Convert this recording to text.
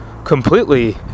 completely